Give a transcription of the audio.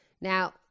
Now